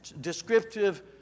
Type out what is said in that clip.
descriptive